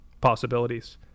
possibilities